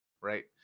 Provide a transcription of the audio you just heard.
right